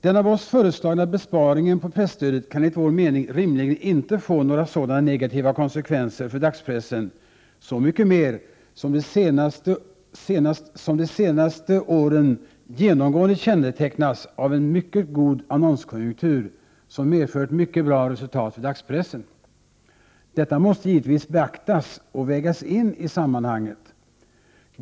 Den av oss föreslagna besparingen på presstödet kan enligt vår mening rimligen inte få några sådana negativa konsekvenser för dagspressen, så mycket mer som de senaste åren genomgående kännetecknas av en mycket god annonskonjunktur, som medfört mycket bra resultat för dagspressen. Detta måste givetvis beaktas och vägas in i sammanhanget.